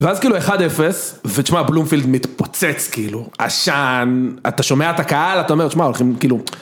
ואז כאילו 1-0, ותשמע, בלומפילד מתפוצץ כאילו, עשן, אתה שומע את הקהל, אתה אומר, תשמע, הולכים כאילו...